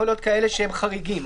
יכול להיות כאלה שהם חריגים,